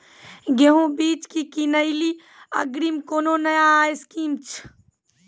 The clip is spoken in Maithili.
गेहूँ बीज की किनैली अग्रिम कोनो नया स्कीम छ?